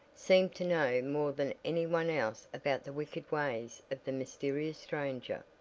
seemed to know more than any one else about the wicked ways of the mysterious stranger.